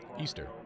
Easter